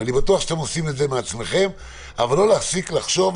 אני בטוח שאתם עושים את זה מעצמכם אבל לא להפסיק לחשוב,